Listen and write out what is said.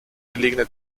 gelegene